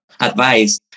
advice